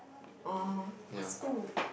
oh what school